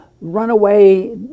runaway